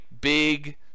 big